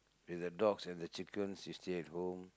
with the dogs and the chickens you stay at home